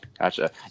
Gotcha